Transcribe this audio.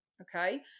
Okay